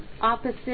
opposite